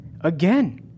Again